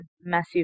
massive